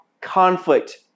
conflict